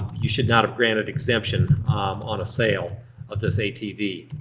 you should not have granted exemption on a sale of this atv.